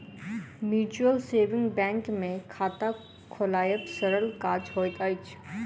mutual saving bank मे खाता खोलायब सरल काज होइत अछि